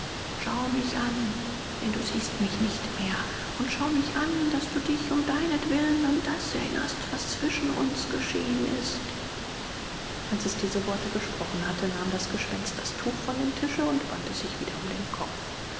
schau mich an denn du siehst mich nicht mehr und schau mich an daß du dich um deinetwillen an das erinnerst was zwischen uns geschehen ist als es diese worte gesprochen hatte nahm das gespenst das tuch von dem tische und band es sich wieder um den kopf